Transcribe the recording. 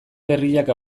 berriak